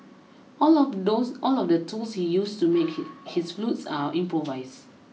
all of those all of the tools he use to make his flutes are improvised